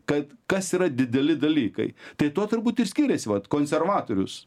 kad kas yra dideli dalykai tai tuo turbūt ir skiriasi vat konservatorius